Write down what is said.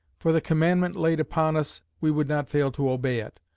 for the commandment laid upon us, we would not fail to obey it,